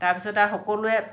তাৰ পাছত আৰু সকলোৱে